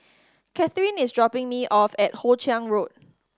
Cathrine is dropping me off at Hoe Chiang Road